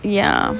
ya